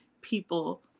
people